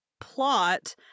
plot